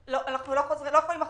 לא יכולים לחזור.